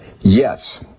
Yes